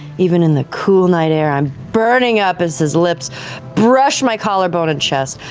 even in the cool night air, i'm burning up as his lips brush my collar bone and chest,